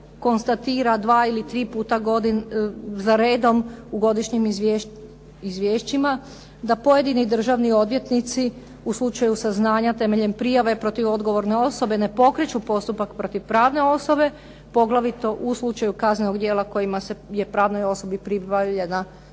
konstatira 2 ili 3 puta za redom u godišnjim izvješćima da pojedini državni odvjetnici u slučaju saznanja temeljem prijave protiv odgovorne osobe ne pokreću postupak protiv pravne osobe, poglavito u slučaju kaznenog djela kojima se, je pravnoj osobi pribavljena